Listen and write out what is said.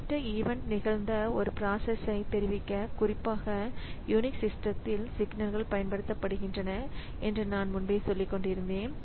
குறிப்பிட்ட ஈவன்ட் நிகழ்ந்த ஒரு பிராசஸ்ஐ தெரிவிக்க குறிப்பாக யுனிக்ஸ் சிஸ்டத்தில் சிக்னல்கள் பயன்படுத்தப்படுகின்றன என்று நான் சொல்லிக் கொண்டிருந்தேன்